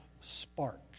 spark